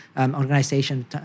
Organization